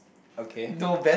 okay